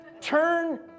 Turn